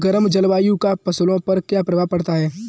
गर्म जलवायु का फसलों पर क्या प्रभाव पड़ता है?